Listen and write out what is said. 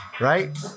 right